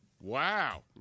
Wow